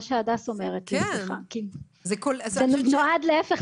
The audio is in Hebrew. זה נועד להפך,